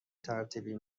ترتیبی